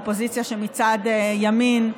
האופוזיציה שמצד ימין.